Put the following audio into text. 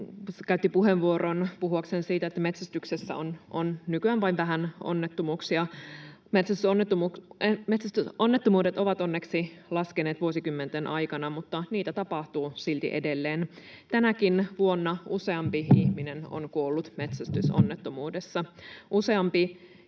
käytti puheenvuoron puhuakseen siitä, että metsästyksessä on nykyään vain vähän onnettomuuksia. Metsästysonnettomuudet ovat onneksi laskeneet vuosikymmenten aikana, mutta niitä tapahtuu silti edelleen. Tänäkin vuonna useampi ihminen on kuollut metsästysonnettomuudessa